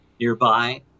nearby